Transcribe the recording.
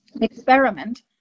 experiment